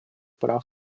прав